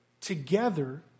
together